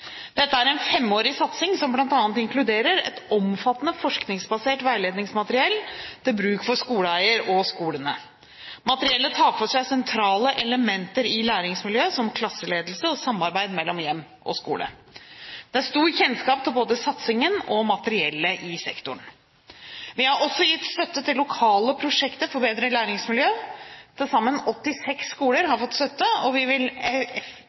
Dette er en femårig satsing som bl.a. inkluderer et omfattende forskningsbasert veiledningsmateriell til bruk for skoleeier og skolene. Materiellet tar for seg sentrale elementer i læringsmiljøet, som klasseledelse og samarbeid mellom hjem og skole. Det er stor kjennskap til både satsingen og materiellet i sektoren. Vi har også gitt støtte til lokale prosjekter for bedre læringsmiljø. Til sammen 86 skoler har fått støtte, og vi vil